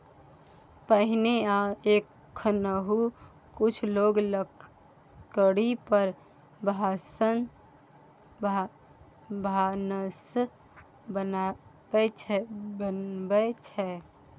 पहिने आ एखनहुँ कुछ लोक लकड़ी पर भानस बनबै छै